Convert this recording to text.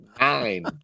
nine